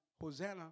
hosanna